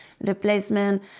replacement